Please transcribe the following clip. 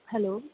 hello